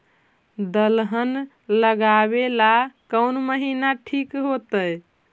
दलहन लगाबेला कौन महिना ठिक होतइ?